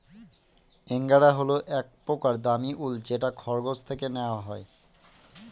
angora হল এক প্রকার দামী উল যেটা খরগোশ থেকে নেওয়া হয়